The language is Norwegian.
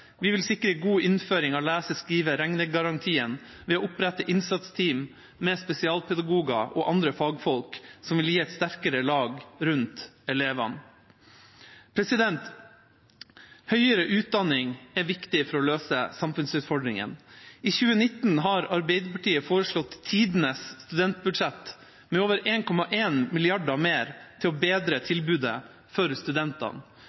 Vi vil sikre en god innføring av lese-, skrive- og regnegarantien ved å opprette innsatsteam med spesialpedagoger og andre fagfolk som vil gi et sterkere lag rundt elevene. Høyere utdanning er viktig for å løse samfunnsutfordringene. I 2019 har Arbeiderpartiet foreslått tidenes studentbudsjett med over 1,1 mrd. kr mer til å bedre tilbudet for studentene.